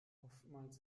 oftmals